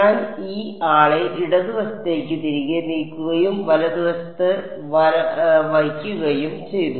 ഞാൻ ഈ ആളെ ഇടത് വശത്തേക്ക് തിരികെ നീക്കുകയും വലതുവശത്ത് വലതുവശത്ത് വയ്ക്കുകയും ചെയ്യും